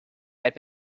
had